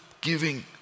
giving